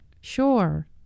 Sure